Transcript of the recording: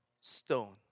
stone